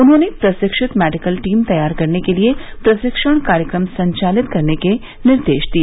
उन्होंने प्रशिक्षित medical team तैयार करने के लिए प्रशिक्षण कार्यक्रम संचालित करने के निर्देश दिए